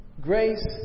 grace